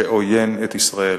שעוין את ישראל.